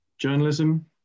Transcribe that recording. journalism